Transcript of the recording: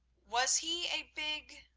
was he a big,